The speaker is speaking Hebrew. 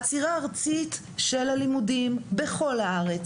עצירה ארצית של הלימודים בכל הארץ,